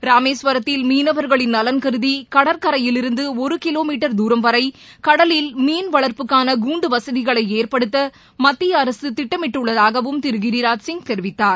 ராமேஸ்வரத்தில் மீனவர்களின் நலன் கருதி கடற்கரையிலிருந்து ஒரு கிலோமீட்டர் துரம் வளர கடலில் மீன் வளா்ப்புக்கான கூன்டு வசதிகளை ஏற்படுத்த மத்திய அரசு திட்டமிட்டுள்ளதாகவும் திரு கிராஜ்சிய் தெரிவித்தார்